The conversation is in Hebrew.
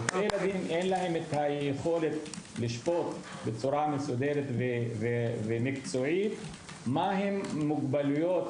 לרופאי ילדים אין יכולת לשפוט בצורה מסודרת ומקצועית מהם מוגבלויות